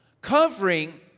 Covering